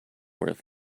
worth